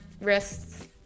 wrists